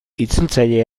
itzultzaile